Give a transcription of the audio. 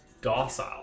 docile